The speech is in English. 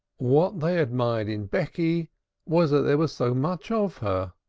what they admired in becky was that there was so much of her.